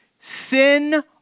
Sin